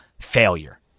failure